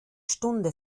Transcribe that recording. stunde